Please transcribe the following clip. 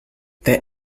their